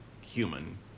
human